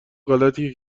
غلطیه